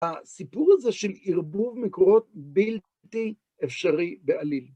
הסיפור הזה של ערבוב מקורות בלתי אפשרי בעליל.